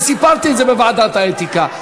וסיפרתי את זה בוועדת האתיקה.